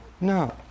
No